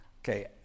Okay